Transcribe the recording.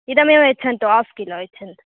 इदमेव यच्छन्तु half kilo यच्छन्तु